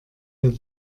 wir